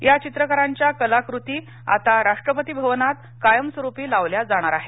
या चित्रकारांच्या कलाकृती आता राष्ट्रपती भवनात कायमस्वरूपी लावल्या जाणार आहेत